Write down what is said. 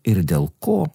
ir dėl ko